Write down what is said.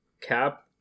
cap